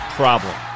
problem